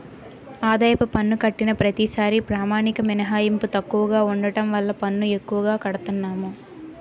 ఆదాయపు పన్ను కట్టిన ప్రతిసారీ ప్రామాణిక మినహాయింపు తక్కువగా ఉండడం వల్ల పన్ను ఎక్కువగా కడతన్నాము